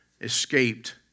escaped